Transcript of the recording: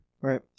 Right